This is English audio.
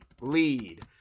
lead